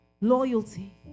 loyalty